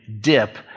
dip